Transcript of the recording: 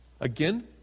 Again